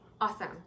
awesome